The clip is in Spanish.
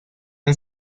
han